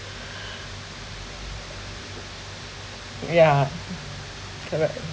ya correct